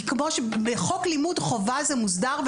כי בחוק לימוד חובה זה מוסדר,